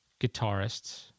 guitarists